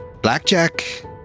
Blackjack